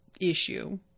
issue